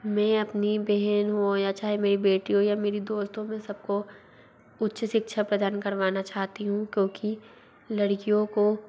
में अपनी बहन हो या चाहे मेरी बेटी हो या मेरी दोस्त हो में सब को उच्च शिक्षा प्रदान करवाना चाहती हूँ क्योंकि लड़कियों को